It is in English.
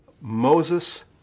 Moses